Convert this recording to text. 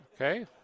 Okay